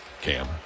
Cam